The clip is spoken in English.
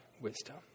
wisdom